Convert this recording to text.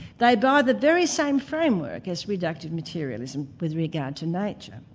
they buy the very same framework as reductive materialism with regard to nature.